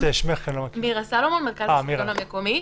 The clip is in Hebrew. מירה סלומון ממרכז השלטון המקומי.